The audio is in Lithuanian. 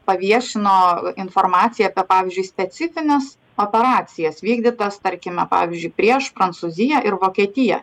paviešino informaciją apie pavyzdžiui specifines operacijas vykdytas tarkime pavyzdžiui prieš prancūziją ir vokietiją